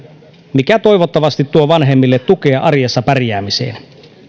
mikä toivottavasti tuo vanhemmille tukea arjessa pärjäämiseen